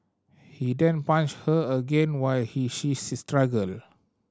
he then punched her again while he she struggled